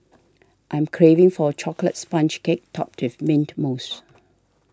I am craving for a Chocolate Sponge Cake Topped with Mint Mousse